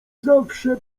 zawsze